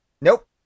Nope